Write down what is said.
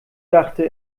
dachte